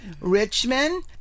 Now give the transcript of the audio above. Richmond